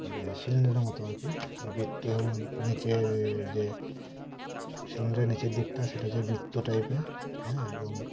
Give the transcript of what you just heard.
যে সিলিন্ডারের মতো আর কি যে বৃত্ত যেমন নিচে যে সিলিন্ডারের নিচের দিকটা সেটা হচ্ছে বৃত্ত টাইপের হ্যাঁ এবং